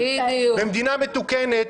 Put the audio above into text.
במדינה מתוקנת,